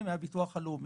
עירוניות.